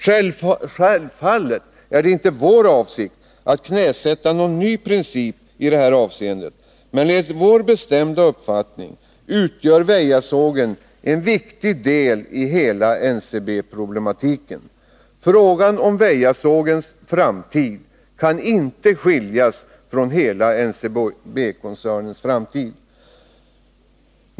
Självfallet är det inte vår avsikt att knäsätta någon ny princip i detta avseende, men enligt vår bestämda mening utgör sågverket i Väja en viktig del i hela NCB problematiken. Frågan om Väjasågens framtid kan inte skiljas från hela NCB-koncernens framtid.